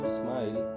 smile